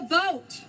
vote